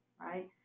right